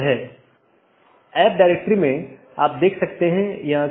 यहाँ N1 R1 AS1 N2 R2 AS2 एक मार्ग है इत्यादि